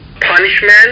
punishment